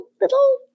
little